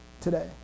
today